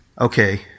okay